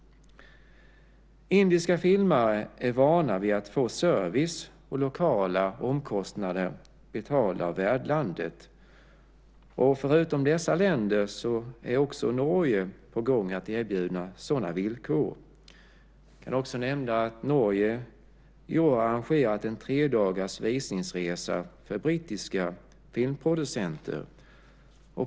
Indiska filmare är vana vid att få service och lokala omkostnader betalda av värdlandet, och förutom de länder jag nämnde är nu också Norge på gång att erbjuda sådana villkor. Jag kan också nämna att Norge i år har arrangerat en tredagars visningsresa för brittiska filmproducenter.